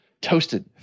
Toasted